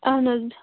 اَہن حظ